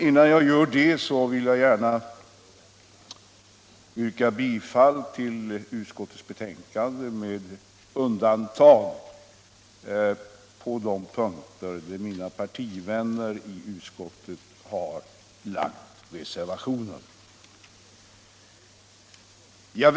Innan jag gör det vill jag emellertid gärna yrka bifall till utskottets hemställan med undantag för de punkter som mina partivänner i utskottet har reserverat sig mot.